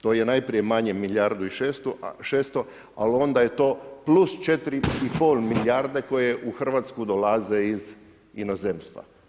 To je najprije manje milijardu i 600 ali onda je to plus 4,5 milijarde koje u Hrvatsku dolaze iz inozemstva.